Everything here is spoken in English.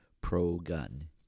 pro-gun